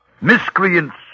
miscreants